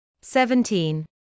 Seventeen